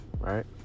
right